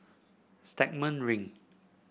Stagmont Ring